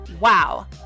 Wow